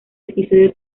episodio